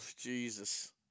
Jesus